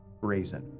Raisin